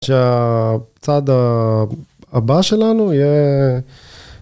‫שהצעד ה... הבא שלנו, יהיה...